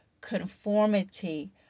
conformity